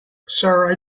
sir